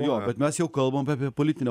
jo bet mes jau kalbam apie politinę